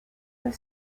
and